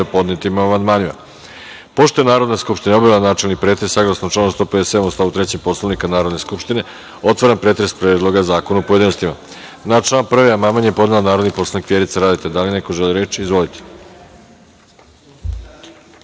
o podnetim amandmanima. Pošto je Narodna skupština obavila načelni pretres saglasno članu 157. u stavu 3. Poslovnika Narodne skupštine, otvaram pretres Predloga zakona u pojedinostima. Na član 1. amandman je podnela narodni poslanik Vjerica Radeta. Da li neko želi reč? Izvolite.